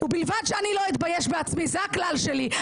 ובלבד שאני לא אתבייש בעצמי, זה הכלל שלי.